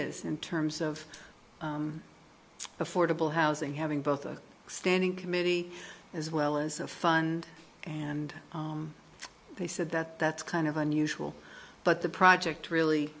is in terms of affordable housing having both a standing committee as well as a fund and they said that that's kind of unusual but the project really